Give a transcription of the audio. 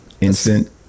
instant